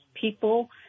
people